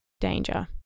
danger